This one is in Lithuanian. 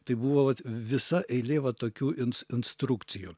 tai buvo vat visa eilė va tokių ins instrukcijų